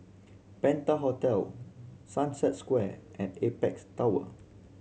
Penta Hotel Sunset Square and Apex Tower